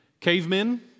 Cavemen